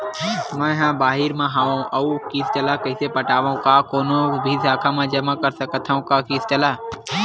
मैं हा बाहिर मा हाव आऊ किस्त ला कइसे पटावव, का कोनो भी शाखा मा जमा कर सकथव का किस्त ला?